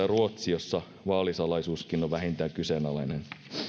ruotsi jossa vaalisalaisuuskin on vähintään kyseenalainen